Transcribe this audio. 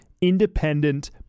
independent